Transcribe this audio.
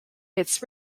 its